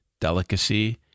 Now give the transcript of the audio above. delicacy